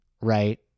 right